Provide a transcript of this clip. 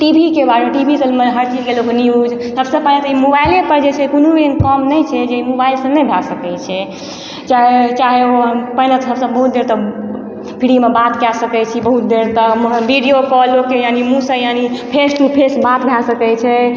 T V के बारेमे T V असलमे हर चीजके लोक न्यूज सबसँ पहिले तऽ ई मोबाइलेपर जे छै कोनो एहन काम नहि छै जे मोबाइलसँ नहि भए सकय छै चाहय चाहय ओ पहिले तऽ सभसँ बहुत देर तक फ्रीमे बात कए सकय छी बहुत देर तक वीडियो कॉलोके यानि मूँहसँ यानि फेस टू फेस बात भए सकय छै